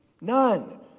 None